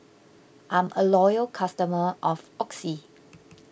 I'm a loyal customer of Oxy